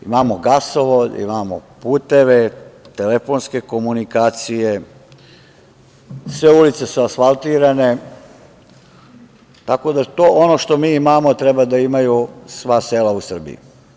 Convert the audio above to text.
Imamo gasovod, imamo puteve, telefonske komunikacije, sve ulice su asfaltirane, tako da ono što mi imamo treba da imaju sva sela u Srbiji.